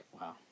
Wow